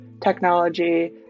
technology